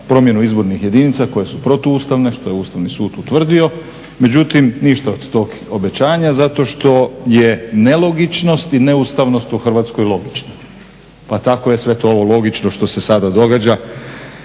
promjenu izbornih jedinica koje su protuustavne što je Ustavni sud utvrdio, međutim ništa od tog obećanja zato što je nelogičnost i neustavnost u Hrvatskoj logična pa tako je sve to logično što se sada događa.